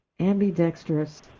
ambidextrous